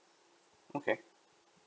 okay